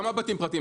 כמה בתים פרטיים?